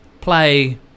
Play